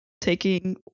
taking